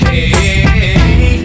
Hey